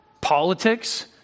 Politics